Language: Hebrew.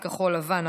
סיעת כחול לבן,